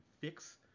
fix